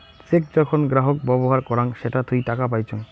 check যখন গ্রাহক ব্যবহার করাং সেটা থুই টাকা পাইচুঙ